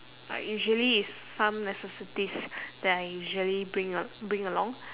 like usually is some necessities that I usually bring a~ bring along